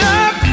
up